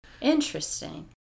Interesting